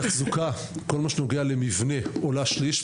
לגבי תחזוקה, כל מה שקשור למבנה עולה שליש.